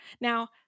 Now